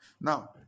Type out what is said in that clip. Now